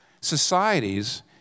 societies